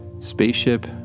spaceship